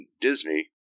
Disney